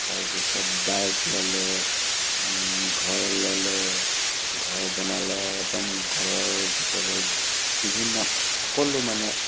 তাৰপিছত বাইক ল'লে ঘৰ ল'লে ঘৰ বনালে একদম ঘৰৰ ভিতৰৰ বিভিন্ন সকলো মানে